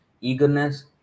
eagerness